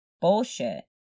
bullshit